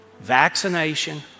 vaccination